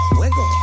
wiggle